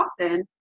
often